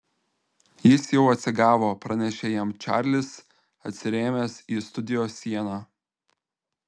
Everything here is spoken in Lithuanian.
jis jau atsigavo pranešė jam čarlis atsirėmęs į studijos sieną